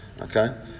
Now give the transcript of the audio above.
Okay